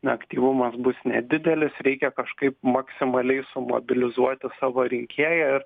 aktyvumas bus nedidelis reikia kažkaip maksimaliai sumobilizuoti savo rinkėją ir